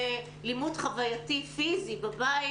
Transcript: ללימוד חווייתי פיזי בבית,